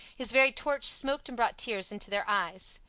his very torch smoked and brought tears into their eyes.